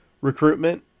recruitment